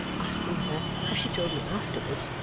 asking her, as she told me afterwards,